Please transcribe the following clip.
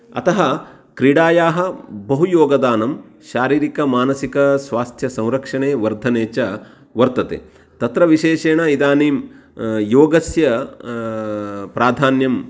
अतः क्रीडायाः बहुयोगदानं शारीरिक मानसिक स्वास्थ्यसंरक्षणे वर्धने च वर्तते तत्र विशेषेण इदनीं योगस्य प्राधान्यं